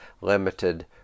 limited